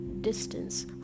distance